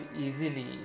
easily